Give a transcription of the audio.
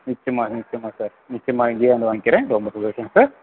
நிச்சியமா நிச்சியமா சார் நிச்சியமா இங்கேயே வந்து வாங்கிக்கிறேன் ரொம்ப சந்தோஷம் சார்